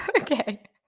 Okay